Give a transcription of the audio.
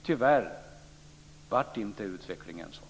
Tyvärr blev inte utvecklingen sådan.